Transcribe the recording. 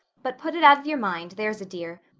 but put it out of your mind, there's a dear.